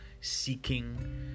seeking